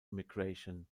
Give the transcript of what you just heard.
immigration